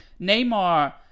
Neymar